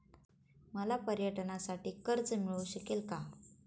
मला पर्यटनासाठी कर्ज मिळू शकेल का?